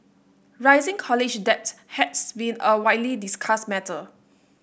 rising college debt has been a widely discussed matter